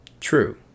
True